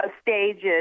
stages